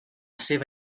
seva